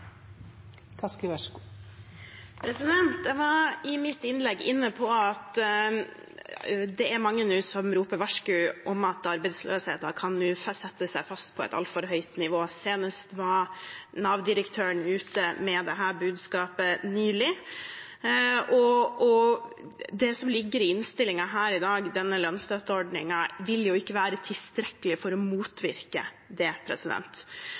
mange nå som roper varsku om at arbeidsløsheten kan sette seg fast på et altfor høyt nivå. Senest var Nav-direktøren ute med dette budskapet nylig. Denne lønnsstøtteordningen som ligger i innstillingen her i dag, vil jo ikke være tilstrekkelig for å motvirke det.